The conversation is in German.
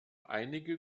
einige